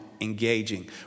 engaging